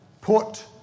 put